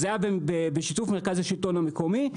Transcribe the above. זה היה בשיתוף מרכז השלטון המקומי,